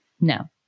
No